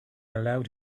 allowed